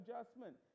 adjustment